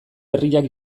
herriak